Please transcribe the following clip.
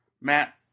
Matt